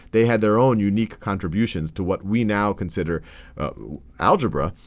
they had their own unique contributions to what we now consider algebra.